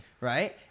Right